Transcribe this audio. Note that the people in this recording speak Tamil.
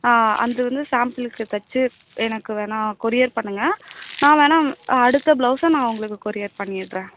அந்து வந்து சாம்பிளுக்கு தைச்சு எனக்கு வேணா கொரியர் பண் பண்ணுங்கள் நான் வேணா அடுத்த ப்ளௌஸை நான் உங்களுக்கு கொரியர் பண்ணிவிடுறேன்